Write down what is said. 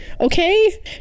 Okay